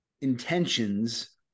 intentions